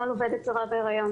חייב להטריד את כולנו.